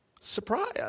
surprise